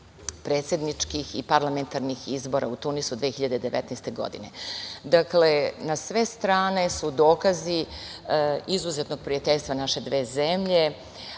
predsedničkih i parlamentarnih izbora u Tunisu 2019. godine. Dakle, na sve strane su dokazi izuzetnog prijateljstva naše dve zemlje.